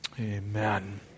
Amen